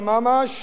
ולא תעמוד.